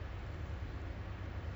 kena buang kerja